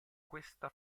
questa